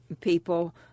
people